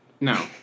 No